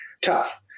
tough